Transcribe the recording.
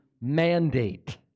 mandate